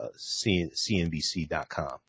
CNBC.com